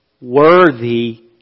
worthy